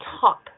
top